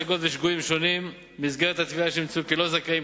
השגות ו"שגויים" שונים במסגרת התביעות שנמצאו לא זכאים,